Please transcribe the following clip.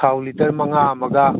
ꯊꯥꯎ ꯂꯤꯇꯔ ꯃꯉꯥ ꯑꯃꯒ